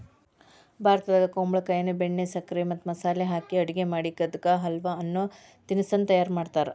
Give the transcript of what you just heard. ಭಾರತದಾಗ ಕುಂಬಳಕಾಯಿಯನ್ನ ಬೆಣ್ಣೆ, ಸಕ್ಕರೆ ಮತ್ತ ಮಸಾಲೆ ಹಾಕಿ ಅಡುಗೆ ಮಾಡಿ ಕದ್ದು ಕಾ ಹಲ್ವ ಅನ್ನೋ ತಿನಸ್ಸನ್ನ ತಯಾರ್ ಮಾಡ್ತಾರ